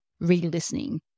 re-listening